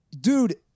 Dude